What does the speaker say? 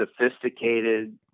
sophisticated